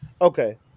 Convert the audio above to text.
Okay